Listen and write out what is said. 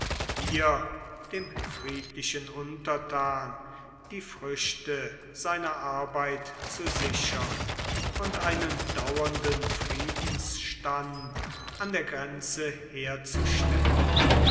hier dem friedlichen untertan die früchte seiner arbeit zu sichern und einen dauernden friedensstand an der grenze herzustellen